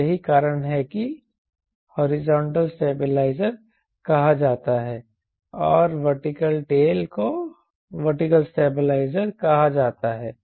और यही कारण है कि हॉरिजॉन्टल विंग को हॉरिजॉन्टल स्टेबलाइज़र कहा जाता है और वर्टिकल टेल को वर्टिकल स्टेबलाइज़र कहा जाता है